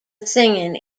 singing